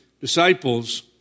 disciples